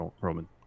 Roman